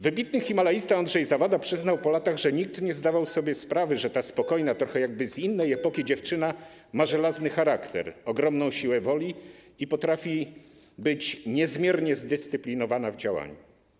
Wybitny himalaista Andrzej Zawada przyznał po latach, że nikt nie zdawał sobie sprawy, że ta spokojna, trochę jakby z innej epoki dziewczyna ma żelazny charakter, ogromną siłę woli i potrafi być niezmiernie zdyscyplinowana w działaniu.